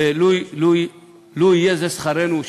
ולו יהיה זה שכרנו,